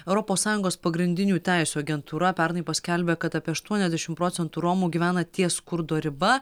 europos sąjungos pagrindinių teisių agentūra pernai paskelbė kad apie aštuoniasdešim procentų romų gyvena ties skurdo riba